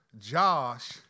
Josh